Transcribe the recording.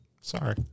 Sorry